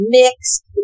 mixed